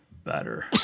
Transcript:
better